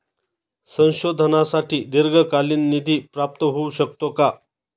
संशोधनासाठी दीर्घकालीन निधी प्राप्त होऊ शकतो का?